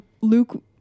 Luke